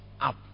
up